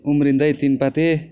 उम्रिँदै तिन पाते